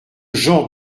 genre